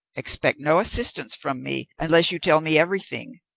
expect no assistance from me unless you tell me everything,